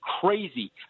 crazy